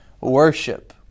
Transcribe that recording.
worship